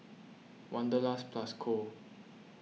Wanderlust Plus Co